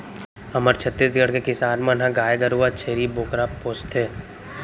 हमर छत्तीसगढ़ के किसान मन ह गाय गरूवा, छेरी बोकरा पोसथें